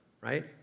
right